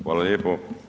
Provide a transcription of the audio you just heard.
Hvala lijepo.